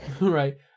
Right